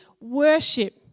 worship